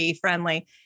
friendly